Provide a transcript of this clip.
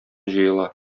җыела